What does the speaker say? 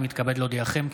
אני מתכבד להודיעכם,